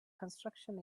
construction